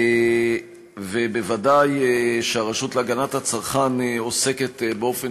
וודאי שהרשות להגנת הצרכן עוסקת באופן